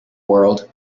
world